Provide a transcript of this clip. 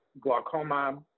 glaucoma